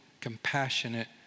compassionate